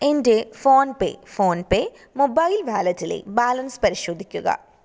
എൻ്റെ PhonePe PhonePe mobile വാലറ്റിലെ balance പരിശോധിക്കുക